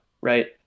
right